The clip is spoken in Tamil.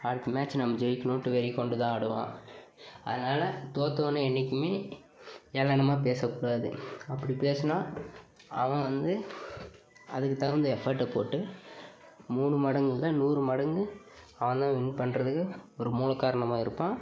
அடுத்த மேட்சி நம் ஜெயிக்கணுன்ட்டு வெறி கொண்டு தான் ஆடுவான் அதனால் தோத்தவனை என்னைக்குமே ஏளனமாக பேசக்கூடாது அப்படி பேசுனா அவன் வந்து அதுக்குத் தகுந்த எஃபர்ட்டை போட்டு மூணு மடங்கு இல்லை நூறு மடங்கு அவன் தான் வின் பண்ணுறதுக்கு ஒரு மூல காரணமாக இருப்பான்